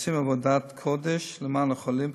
שעושים עבודת קודש למען החולים,